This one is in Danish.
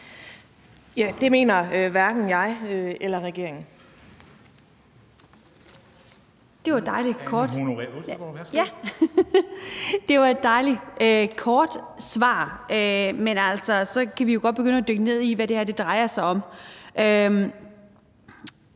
Anne Honoré Østergaard (V): Det var et dejlig kort svar, men så kan vi jo godt begynde at dykke ned i, hvad det her drejer sig om.